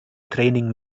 training